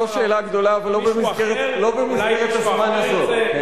זו שאלה גדולה, אבל לא במסגרת הזמן הזאת.